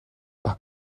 par